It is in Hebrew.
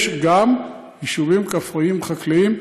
יש גם יישובים כפריים חקלאיים,